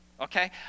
okay